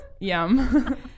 yum